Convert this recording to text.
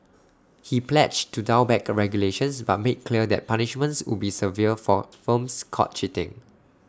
he pledged to dial back regulations but made clear that punishments would be severe for firms caught cheating